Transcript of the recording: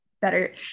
better